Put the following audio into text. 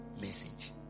message